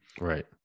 Right